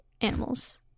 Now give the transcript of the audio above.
Animals